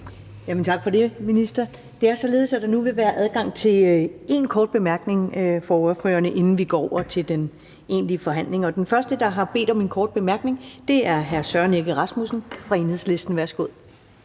Tak for det, minister. Det er således, at der nu vil være adgang til en kort bemærkning fra ordførerne, inden vi går over til den egentlige forhandling. Den første, der har bedt om en kort bemærkning, er hr. Søren Egge Rasmussen fra Enhedslisten. Værsgo.